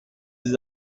des